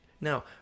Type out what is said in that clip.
now